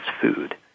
food